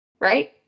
right